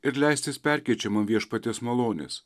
ir leistis perkeičiamam viešpaties malonės